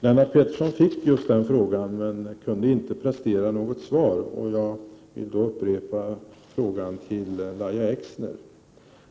Lennart Pettersson fick just den frågan men kunde inte prestera något svar. Jag vill då upprepa frågan och ställa den till Lahja Exner.